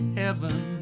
heaven